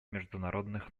международных